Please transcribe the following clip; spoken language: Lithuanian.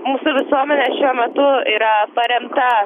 mūsų visuomenė šiuo metu yra paremta